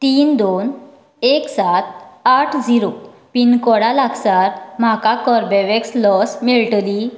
तीन दोन एक सात आठ झिरो पिनकोडा लागसार म्हाका कॉर्बेवॅक्स लस मेळटली